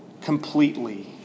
completely